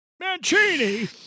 Mancini